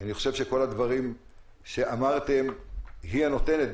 אני חושב שכל הדברים שאמרתם היא הנותנת.